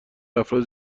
افراد